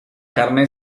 carne